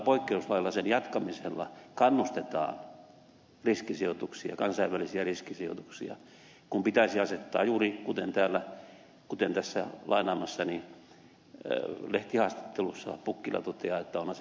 minusta tämän poikkeuslain jatkamisella kannustetaan kansainvälisiä riskisijoituksia kun pitäisi juuri kuten tässä lainaamassani lehtihaastattelussa pukkila toteaa asettaa ehtoja